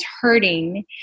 hurting